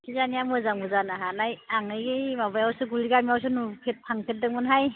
किजानि मोजांबो जानो हानाय आं ओइ माबायावसो गुलिगामियावसो नुफेरदों थांफेरदोंमोनहाय